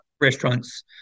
restaurants